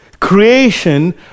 creation